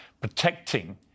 protecting